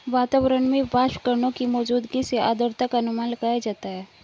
वातावरण में वाष्पकणों की मौजूदगी से आद्रता का अनुमान लगाया जाता है